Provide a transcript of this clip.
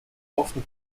often